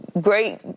Great